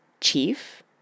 Chief